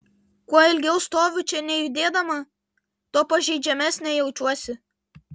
kuo ilgiau stoviu čia nejudėdama tuo pažeidžiamesnė jaučiuosi